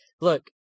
look